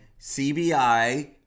CBI